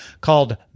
called